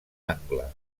angle